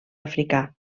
africà